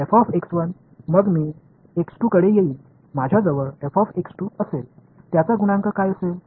मग मी कडे येईन माझ्याजवळ असेल त्याचा गुणांक काय असेल